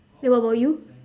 then what about you